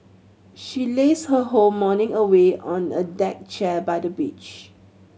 she lazed her whole morning away on a deck chair by the beach